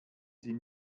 sie